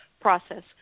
process